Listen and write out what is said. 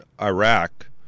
Iraq